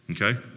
Okay